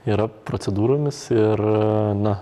yra procedūromis ir na